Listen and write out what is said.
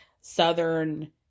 Southern